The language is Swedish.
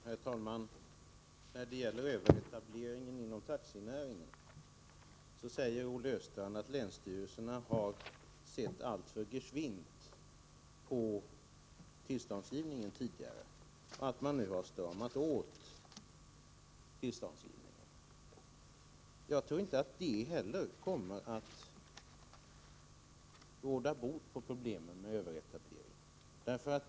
Herr talman! När det gäller överetableringen inom taxinäringen säger Olle Östrand att länsstyrelserna tidigare har sett alltför gesvint på tillståndsgivningen och att man nu har stramat åt tillståndsgivningen. Inte heller det kommer, tror jag, att råda bot på problemet med överetablering.